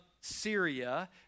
Syria